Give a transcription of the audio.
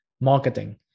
marketing